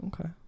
Okay